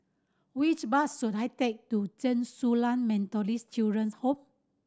which bus should I take to Zhen Su Lan Methodist Children's Home